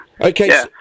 Okay